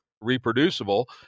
reproducible